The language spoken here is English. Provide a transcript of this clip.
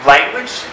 Language